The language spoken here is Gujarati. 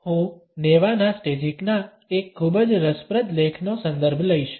હું નેવાના સ્ટેજિકના એક ખૂબ જ રસપ્રદ લેખનો સંદર્ભ લઈશ